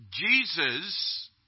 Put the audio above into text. Jesus